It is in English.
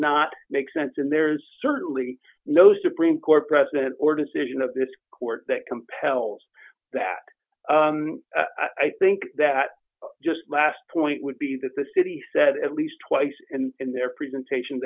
not make sense and there's certainly no supreme court precedent or decision of this court that compels that i think that just last point would be that the city said at least twice and in their presentation